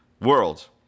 World